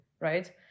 right